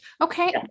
Okay